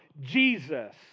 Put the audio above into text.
Jesus